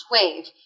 wave